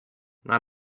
not